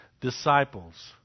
disciples